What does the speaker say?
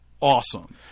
awesome